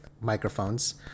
microphones